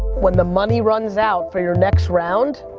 when the money runs out for your next round,